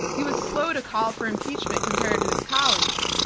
he was slow to call for impeachment compared to his colleagues.